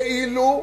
כאילו,